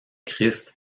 christ